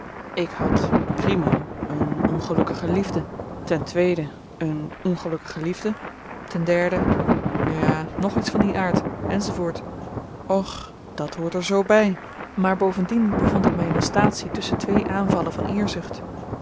ik had primo een ongelukkige liefde ten tweede een ongelukkige liefde ten derde nu ja ng iets van dien aard enz och dat hoort er zoo by maar bovendien bevond ik my in een statie tusschen twee aanvallen van